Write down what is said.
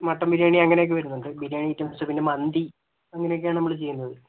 മട്ടൻബിരിയാണി അങ്ങനെയൊക്കെ വരുന്നുണ്ട് ബിരിയാണി ഐറ്റംസ് പിന്നെ മന്തി അങ്ങനെയൊക്കെയാണ് നമ്മൾ ചെയ്യുന്നത്